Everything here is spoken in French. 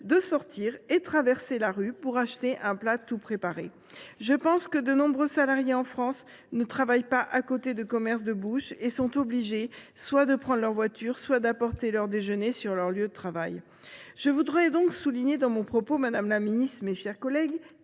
de sortir et de traverser la rue pour acheter un plat tout préparé ! De nombreux salariés en France ne travaillent pas à côté de commerces de bouche et sont obligés, soit de prendre leur voiture, soit d’apporter leur déjeuner sur leur lieu de travail… » Je voudrais donc souligner, madame la ministre, mes chers collègues,